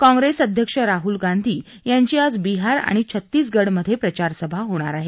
काँग्रेस अध्यक्ष राहुल गांधी यांची आज बिहार आणि छत्तीसगढमध्ये प्रचारसभा होणार आहे